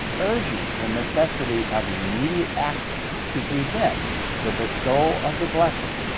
urging the necessity of immediate action to prevent the bestowal of the blessing,